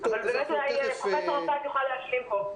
אבל באמת אולי פרופ' הרפז יוכל להשלים פה.